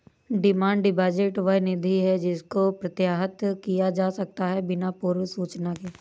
demand deposit वह निधि है जिसको प्रत्याहृत किया जा सकता है बिना पूर्व सूचना के